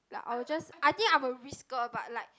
like I'll just I think I'm a risker but like